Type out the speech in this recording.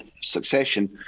succession